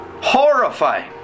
Horrifying